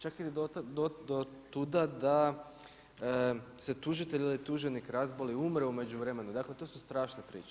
Čak i do tuda da se tužitelj ili tuženik razboli, umre u međuvremenu, dakle, to su strašne priče.